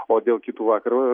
o dėl kitų vakar